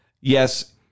yes